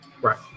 Right